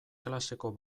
klaseko